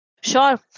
Sure